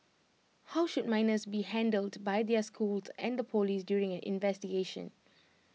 how should minors be handled by their schools and the Police during an investigation